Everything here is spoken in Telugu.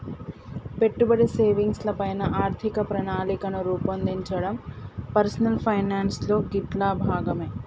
పెట్టుబడి, సేవింగ్స్ ల పైన ఆర్థిక ప్రణాళికను రూపొందించడం పర్సనల్ ఫైనాన్స్ లో గిట్లా భాగమే